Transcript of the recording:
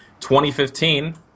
2015